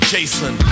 Jason